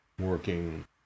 working